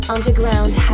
Underground